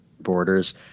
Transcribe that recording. borders